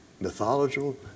mythological